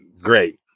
great